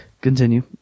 Continue